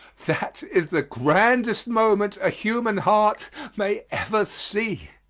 that is the grandest moment a human heart may ever see.